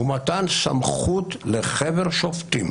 ומתן סמכות לחבר שופטים